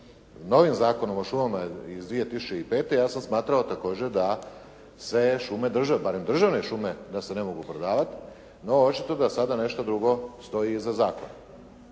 novim Zakonom o šumama iz 2005. ja sam smatrao također da se šume drže barem državne šume da se ne mogu prodavati, no očito da sada nešto drugo stoji iza zakona,